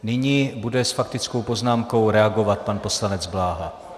Nyní bude s faktickou poznámkou reagovat pan poslanec Bláha.